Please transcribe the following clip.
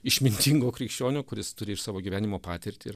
išmintingo krikščionio kuris turi iš savo gyvenimo patirtį